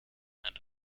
and